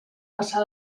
passar